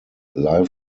live